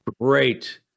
Great